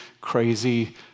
crazy